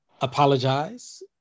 apologize